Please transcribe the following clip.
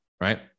right